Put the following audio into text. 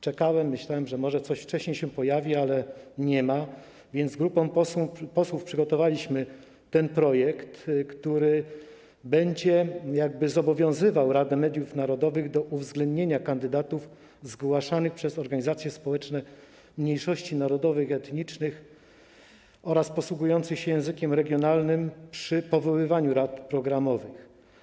Czekałem, myślałem, że może coś wcześniej się pojawi, ale nie ma, więc przygotowaliśmy ten projekt, który będzie jakby zobowiązywał Radę Mediów Narodowych do uwzględnienia kandydatów zgłaszanych przez organizacje społeczne mniejszości narodowych i etnicznych oraz posługujących się językiem regionalnym przy powoływaniu rad programowych.